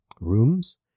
rooms